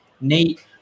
Nate